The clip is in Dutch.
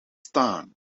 staan